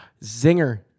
Zinger